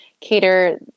cater